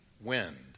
wind